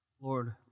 Lord